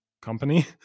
company